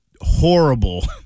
horrible